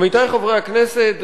עמיתי חברי הכנסת,